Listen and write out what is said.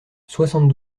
soixante